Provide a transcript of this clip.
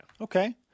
Okay